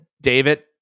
David